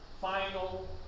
final